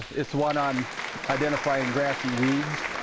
it's one on identifying grassy weeds.